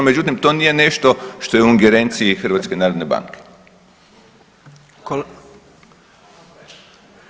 Međutim to nije nešto što je u ingerenciji HNB-a.